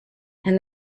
and